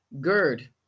GERD